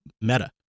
meta